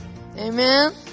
Amen